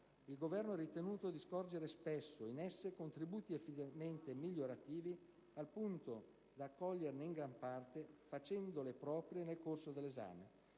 Il Governo ha ritenuto di scorgere spesso in essa contributi effettivamente migliorativi, al punto da accoglierle in gran parte, facendole proprie, nel corso dell'esame.